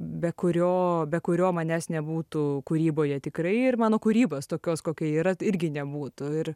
be kurio be kurio manęs nebūtų kūryboje tikrai ir mano kūrybos tokios kokia yra irgi nebūtų ir